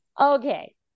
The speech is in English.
Okay